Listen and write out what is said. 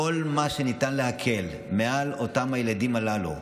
בכל מה שניתן להקל על אותם הילדים הללו,